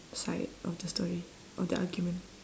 side of the story of the argument